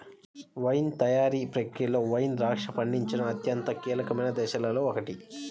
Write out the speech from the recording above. wine తయారీ ప్రక్రియలో wine ద్రాక్ష పండించడం అత్యంత కీలకమైన దశలలో ఒకటి